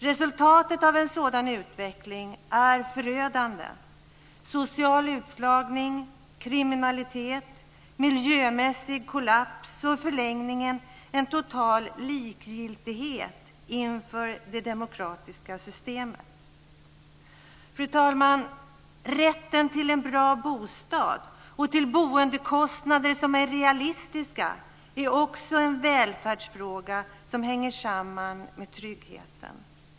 Resultatet av en sådan utveckling är förödande: social utslagning, kriminalitet, miljömässig kollaps och i förlängningen en total likgiltighet inför det demokratiska systemet. Fru talman! Rätten till en bra bostad och till boendekostnader som är realistiska är också en välfärdsfråga som hänger samman med tryggheten.